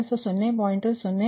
ಅಂದರೆ v22 ವಾಸ್ತವವಾಗಿ 0